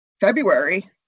February